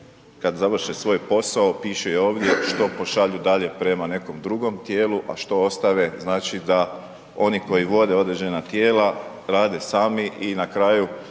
kad završe svoj posao piše i ovdje što pošalju dalje prema nekom drugom tijelu, a što ostave, znači, da oni koji vode određena tijela rade sami i na kraju